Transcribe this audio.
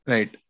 Right